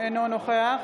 אינו נוכח